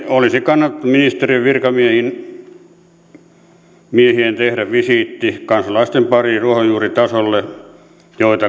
olisi kannattanut ministeriön virkamiehien tehdä visiitti ruohonjuuritasolle niiden kansalaisten